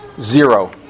Zero